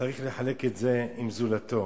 צריך לחלוק את זה עם זולתו,